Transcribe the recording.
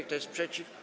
Kto jest przeciw?